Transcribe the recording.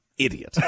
idiot